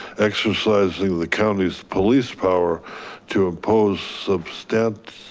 exercising the county's police power to impose substantiative